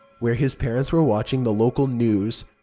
where his parents were watching the local news.